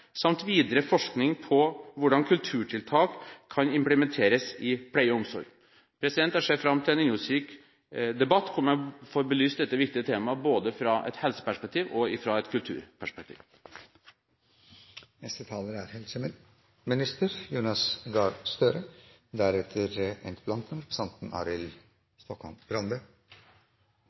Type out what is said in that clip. samt videre forskning på hvordan kulturtiltak kan implementeres i pleie og omsorg. Jeg ser fram til en innholdsrik debatt, der man får belyst dette viktige temaet fra både et helseperspektiv og et